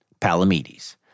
Palamedes